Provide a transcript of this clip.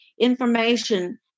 information